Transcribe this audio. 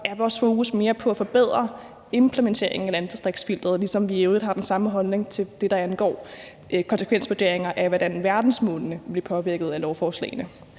er vores fokus mere på at forbedre implementeringen af landdistriktsfilteret, ligesom vi i øvrigt også har den samme holdning til det, der angår konsekvensvurderingerne af, hvordan verdensmålene bliver påvirket af lovforslagene,